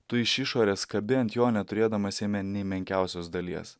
tu iš išorės kabi ant jo neturėdamas jame nė menkiausios dalies